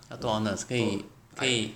要多 honest 可以可以